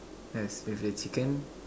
yes with the chicken